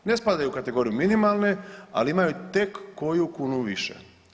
Ne spadaju u kategoriju minimalne, ali imaju tek koju kunu više.